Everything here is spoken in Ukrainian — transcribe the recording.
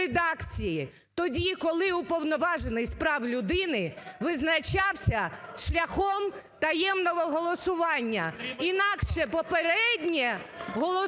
тоді, коли Уповноважений з прав людини визначався шляхом таємного голосування. Інакше попереднє голосування